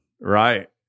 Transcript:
right